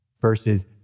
versus